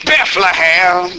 Bethlehem